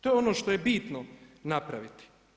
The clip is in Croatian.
To je ono što je bitno napraviti.